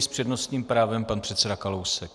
S přednostním právem pan předseda Kalousek.